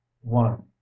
one